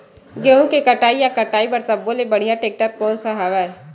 गेहूं के कटाई या कटाई बर सब्बो ले बढ़िया टेक्टर कोन सा हवय?